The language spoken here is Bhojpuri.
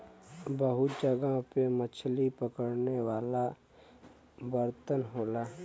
बहुत जगह पे मछरी पकड़े वाला बर्तन होला